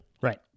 right